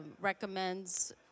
recommends